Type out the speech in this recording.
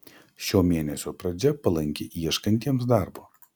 šio mėnesio pradžia palanki ieškantiems darbo